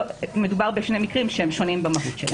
מדובר בשני מקרים שהם שונים במהות שלהם.